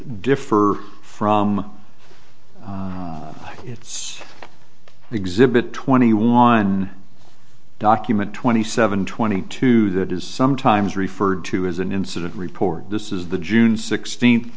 differ from its exhibit twenty one document twenty seven twenty two that is sometimes referred to as an incident report this is the june sixteenth